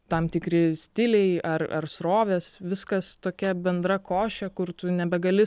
tam tikri stiliai ar ar srovės viskas tokia bendra košė kur tu nebegali